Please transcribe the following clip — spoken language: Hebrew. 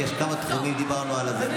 כי יש כמה תחומים שדיברנו עליהם.